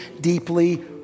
deeply